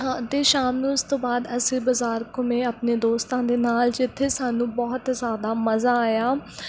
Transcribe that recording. ਹਾਂ ਅਤੇ ਸ਼ਾਮ ਨੂੰ ਉਸ ਤੋਂ ਬਾਅਦ ਅਸੀਂ ਬਜ਼ਾਰ ਘੁੰਮੇ ਆਪਣੇ ਦੋਸਤਾਂ ਦੇ ਨਾਲ ਜਿੱਥੇ ਸਾਨੂੰ ਬਹੁਤ ਜ਼ਿਆਦਾ ਮਜ਼ਾ ਆਇਆ